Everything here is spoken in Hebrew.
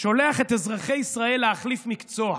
שולח את אזרחי ישראל להחליף מקצוע.